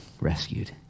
rescued